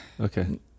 Okay